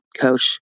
coach